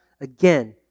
again